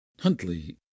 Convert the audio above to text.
Huntley